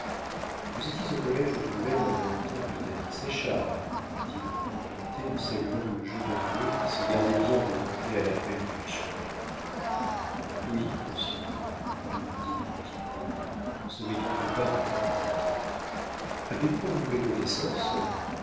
vous étiez au collége d'angoulême en même temps que david séchard dit le grand cointet en saluant le jeune avoué qui se gardait bien de manquer à l'appel du riche fabricant oui monsieur répondit petit claud en se mettant au pas du grand cointet avez-vous renouvelé connaissance